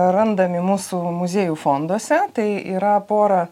randami mūsų muziejų fonduose tai yra pora